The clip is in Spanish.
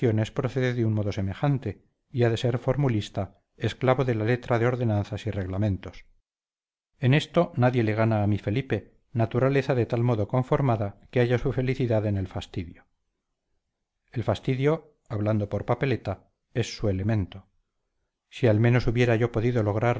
procede de un modo semejante y ha de ser formulista esclavo de la letra de ordenanzas y reglamentos en esto nadie le gana a mi felipe naturaleza de tal modo conformada que halla su felicidad en el fastidio el fastidio hablando por papeleta es su elemento si al menos hubiera yo podido lograr